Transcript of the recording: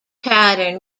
pattern